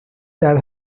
that